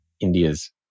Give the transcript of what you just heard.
India's